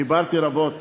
דיברתי רבות